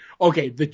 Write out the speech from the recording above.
Okay